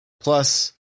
plus